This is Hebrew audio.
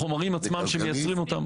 החומרים עצמם שמייצרים אותם.